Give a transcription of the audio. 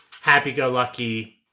happy-go-lucky